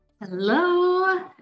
Hello